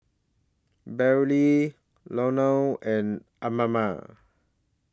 Bailee Loran and Amma